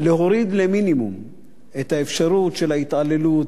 להוריד למינימום את האפשרות של ההתעללות,